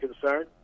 concern